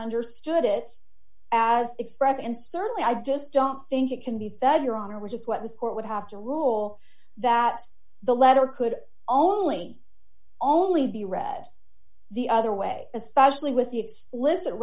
understood it as expressed and certainly i just don't think it can be said your honor which is what this court would have to rule that the letter could only only be read the other way especially with the explicit